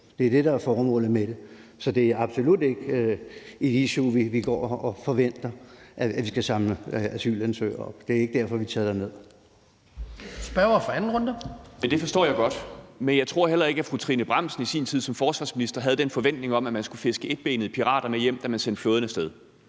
Det er det, der er formålet med det. Så det er absolut ikke et issue, altså at vi går og forventer, at vi skal samle asylansøgere op. Det er ikke derfor, vi er taget derned.